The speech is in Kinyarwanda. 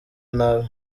nabi